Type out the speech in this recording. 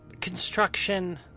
construction